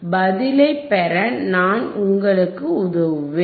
பதிலைப் பெற நான் உங்களுக்கு உதவுவேன்